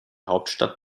hauptstadt